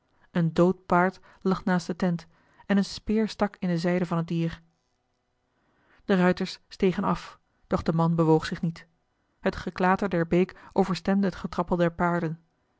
een dood paard lag naast de tent en eene speer stak in de zijde van het dier de ruiters stegen af doch de man bewoog zich niet het geklater der beek overstemde het getrappel der paarden